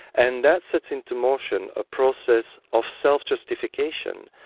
and that sets into motion a process of self-justification,